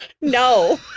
No